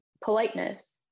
politeness